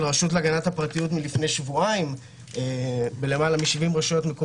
רשות להגנת הפרטיות מלפני שבועיים בלמעלה מ-70 רשויות,